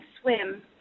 swim